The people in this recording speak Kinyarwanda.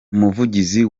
umuvugizi